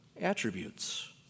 attributes